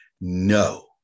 No